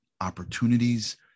opportunities